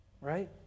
right